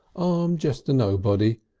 i'm just a nobody.